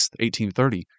1830